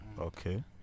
okay